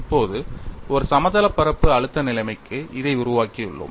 இப்போது ஒரு சமதளப் பரப்பு அழுத்த நிலைமைக்கு இதை உருவாக்கியுள்ளோம்